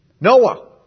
Noah